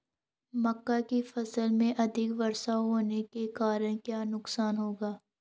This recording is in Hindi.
मक्का की फसल में अधिक वर्षा होने के कारण क्या नुकसान होगा?